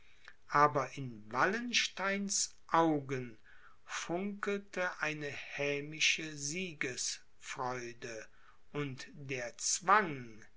aber in wallensteins augen funkelte eine hämische siegesfreude und der zwang